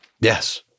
Yes